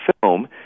film